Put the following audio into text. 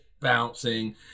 bouncing